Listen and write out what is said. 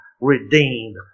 redeemed